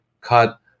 cut